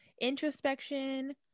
introspection